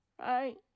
Right